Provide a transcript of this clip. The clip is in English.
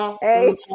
Hey